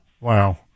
Wow